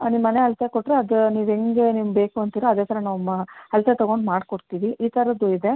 ಅದೇ ಮನೆ ಅಳತೆ ಕೊಟ್ಟರೆ ಅದು ನೀವು ಹೆಂಗೆ ನಿಮ್ಗೆ ಬೇಕು ಅಂತೀರ ಅದೇ ಥರ ನಾವು ಮಾ ಅಳತೆ ತಗೊಂಡು ಮಾಡಿಕೊಡ್ತೀವಿ ಈ ಥರದ್ದೂ ಇದೆ